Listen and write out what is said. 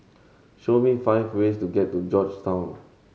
show me five ways to get to Georgetown